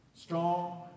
strong